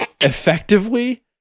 effectively